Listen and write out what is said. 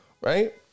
Right